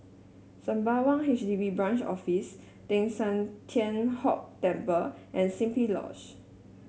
Sembawang H D B Branch Office Teng San Tian Hock Temple and Simply Lodge